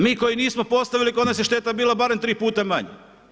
Mi koji nismo postavili, kod nas je šteta bila barem tri puta manja.